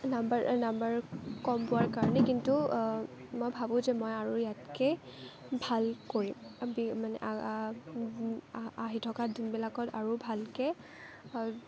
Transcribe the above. number number কম পোৱাৰ কাৰণে কিন্তু মই ভাবোঁ যে মই আৰু ইয়াতকে ভাল কৰিম মানে আহি থকা দিনবোৰত আৰু ভালকে